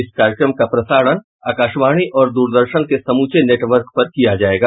इस कार्यक्रम का प्रसारण आकाशवाणी और द्रदर्शन के समूचे नेटवर्क पर किया जाएगा